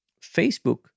Facebook